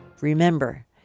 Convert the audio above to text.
Remember